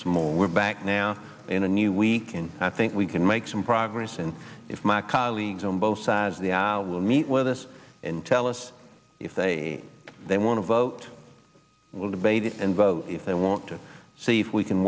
small we're back now in a new week and i think we can make some progress and if my colleagues on both sides of the aisle will meet with us and tell us if they they want to vote debated and vote if they want to see if we can